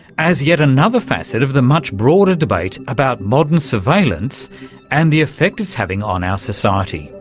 as yet another facet of the much broader debate about modern surveillance and the affect it's having on our society,